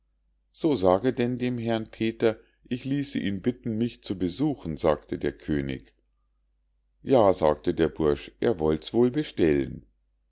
so sage denn dem herrn peter ich ließe ihn bitten mich zu besuchen sagte der könig ja sagte der bursch er wollt's wohl bestellen